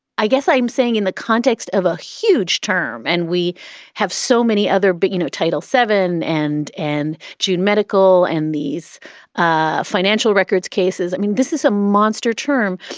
i guess i'm saying in the context of a huge term and we have so many other big, but you know, title seven and and jude medical and these ah financial records cases. i mean, this is a monster term.